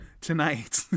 tonight